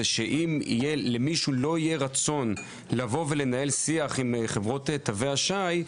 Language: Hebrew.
זה שאם למישהו לא יהיה רצון לבוא ולנהל שיח עם חברות תווי השי,